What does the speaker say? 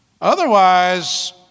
Otherwise